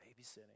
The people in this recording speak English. babysitting